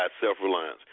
self-reliance